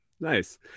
Nice